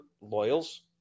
Loyals